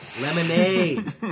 lemonade